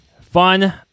Fun